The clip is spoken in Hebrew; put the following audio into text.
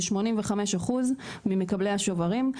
זה 85% ממקבלי השוברים.